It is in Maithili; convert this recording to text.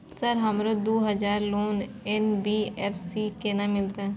सर हमरो दूय हजार लोन एन.बी.एफ.सी से केना मिलते?